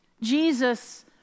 Jesus